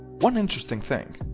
one interesting thing.